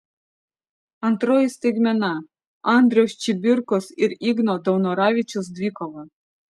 antroji staigmena andriaus čibirkos ir igno daunoravičiaus dvikova